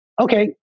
okay